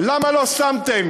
למה לא שמתם?